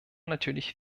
natürlich